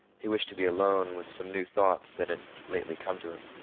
he wished to be alone with some new thoughts that had lately come to him.